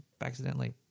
accidentally